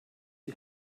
die